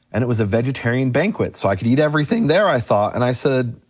and it was a vegetarian banquet, so i could eat everything there i thought and i said,